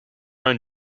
own